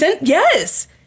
Yes